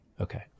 Okay